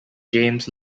james